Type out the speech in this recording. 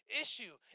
issue